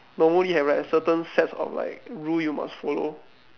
normally have like a certain sets of like rule you must follow